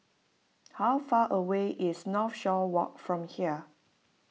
how far away is Northshore Walk from here